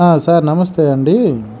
ఆ సార్ నమస్తే అండీ